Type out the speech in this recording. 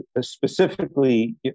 Specifically